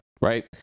right